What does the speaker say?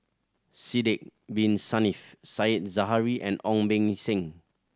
Sidek Bin Saniff Said Zahari and Ong Beng Seng